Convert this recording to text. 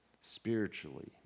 spiritually